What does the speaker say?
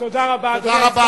תודה רבה, אדוני.